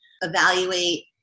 evaluate